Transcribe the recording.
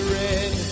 red